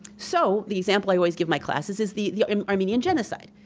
so the example i always give my classes is the the um armenian genocide.